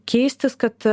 keistis kad